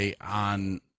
on